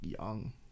Young